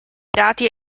dati